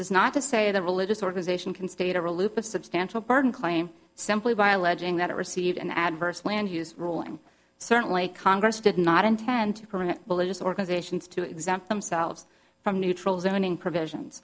is not to say the religious organization can state a real loop of substantial burden claim simply by alleging that it received an adverse land use ruling certainly congress did not intend to permit religious organizations to exempt themselves from neutral zoning provisions